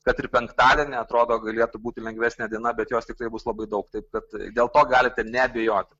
kad ir penktadienį atrodo galėtų būti lengvesnė diena bet jos tiktai bus labai daug taip kad dėl to galite neabejoti